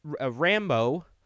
Rambo